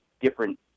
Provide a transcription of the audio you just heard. different